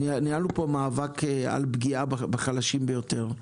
שניהלנו כאן מאבק על פגיעה בחלשים ביותר,